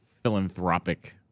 Philanthropic